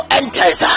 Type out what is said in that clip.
enters